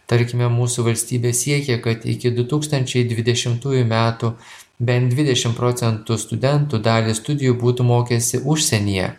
tarkime mūsų valstybė siekia kad iki du tūkstančiai dvidešimtųjų metų bent dvidešim procentų studentų dalį studijų būtų mokęsi užsienyje